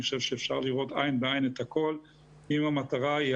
אני חושב שאפשר לראות עין בעין את הכול אם המטרה היא